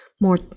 more